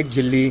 एक झिल्ली